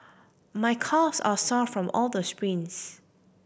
my calves are sore from all the sprints